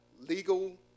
legal